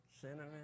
cinnamon